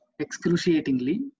excruciatingly